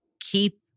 keep